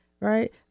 right